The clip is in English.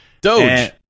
Doge